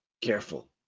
careful